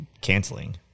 canceling